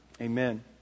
Amen